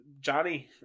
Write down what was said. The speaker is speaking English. johnny